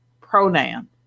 pronoun